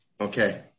Okay